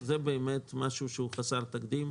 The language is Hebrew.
זה באמת דבר שהוא חסר תקדים.